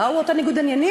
מה הוא אותו ניגוד עניינים?